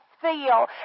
feel